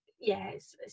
yes